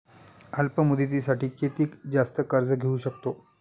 अल्प मुदतीसाठी किती जास्त कर्ज घेऊ शकतो?